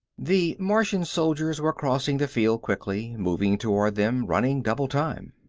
the martian soldiers were crossing the field quickly, moving toward them, running double time.